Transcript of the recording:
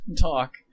talk